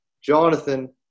jonathan